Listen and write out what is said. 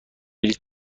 بلیط